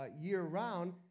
year-round